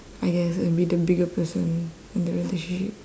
I guess uh be the bigger person in the relationship